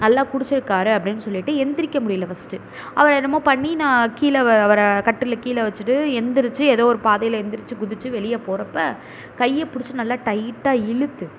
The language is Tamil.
நல்லா குடித்திருக்காரு அப்படின்னு சொல்லிவிட்டு எழுந்திரிக்க முடியலை ஃபஸ்ட்டு அவர் என்னமோ பண்ணி நான் கீழே வ அவரை கட்டிலில் கீழே வெச்சுட்டு எழுந்திரிச்சு ஏதோ ஒரு பாதையில் எழுந்திரிச்சு குதிச்சு வெளியே போகிறப்ப கையை பிடிச்சிட்டு நல்லா டைட்டாக இழுத்து